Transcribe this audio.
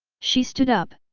she stood up,